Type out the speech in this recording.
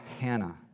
Hannah